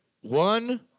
one